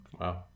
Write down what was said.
Wow